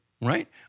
right